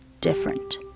different